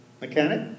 Mechanic